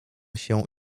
się